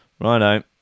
Righto